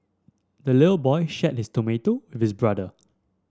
the little boy shared his tomato with brother